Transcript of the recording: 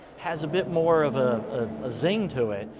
has a bit more of a ah a zing to it.